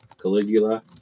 Caligula